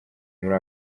muri